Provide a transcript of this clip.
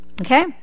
Okay